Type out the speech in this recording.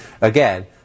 again